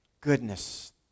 Goodness